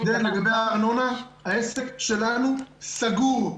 עודד, לגבי הארנונה, העסק שלנו סגור.